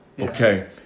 Okay